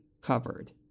covered